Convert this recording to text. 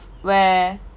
where